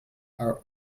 are